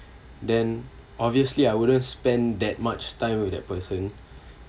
then obviously I wouldn't spend that much time with that person